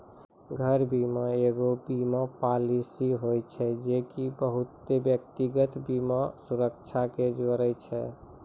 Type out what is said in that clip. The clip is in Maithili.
घर बीमा एगो बीमा पालिसी होय छै जे की बहुते व्यक्तिगत बीमा सुरक्षा के जोड़े छै